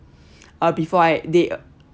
uh before end of the day